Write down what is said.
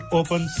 open